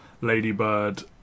ladybird